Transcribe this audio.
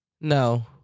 No